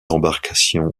embarcation